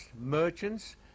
merchants